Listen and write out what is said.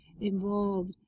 involved